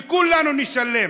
כולנו נשלם.